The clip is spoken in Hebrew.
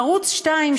ערוץ 2,